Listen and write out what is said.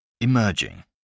Emerging